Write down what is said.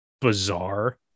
bizarre